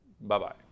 Bye-bye